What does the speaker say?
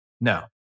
No